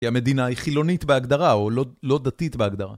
כי המדינה היא חילונית בהגדרה או לא דתית בהגדרה.